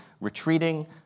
retreating